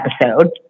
episode